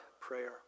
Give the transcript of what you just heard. Prayer